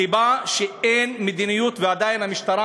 הסיבה היא שאין מדיניות ועדיין המשטרה